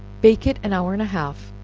bake it an hour and a half,